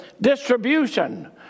distribution